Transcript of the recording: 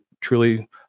truly